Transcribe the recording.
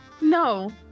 No